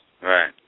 Right